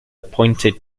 pointed